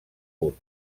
punt